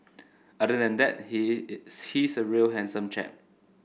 other than that he is he's a real handsome chap